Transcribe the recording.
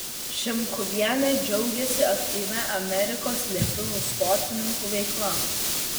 šimkuvienė džiaugiasi aktyvia amerikos lietuvių sportininkų veikla